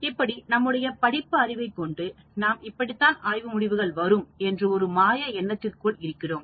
இப்படி நம்முடைய படிப்பு அறிவை கொண்டு நாம் இப்படித்தான் ஆய்வு முடிவுகள் வரும் என்ற ஒரு மாய எண்ணத்திற்குல் இருக்கிறோம்